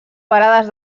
parades